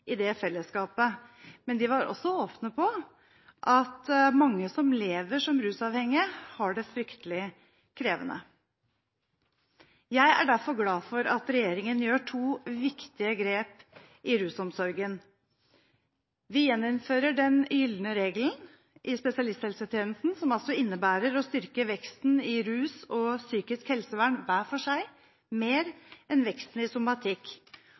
i det fellesskapet. Men de var også åpne på at mange som lever som rusavhengige, har det fryktelig krevende. Jeg er derfor glad for at regjeringen gjør to viktige grep i rusomsorgen: Vi gjeninnfører den gylne regelen i spesialisthelsetjenesten som innebærer å styrke veksten i rus og psykisk helsevern hver for seg mer enn veksten i somatikk,